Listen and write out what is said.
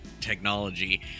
technology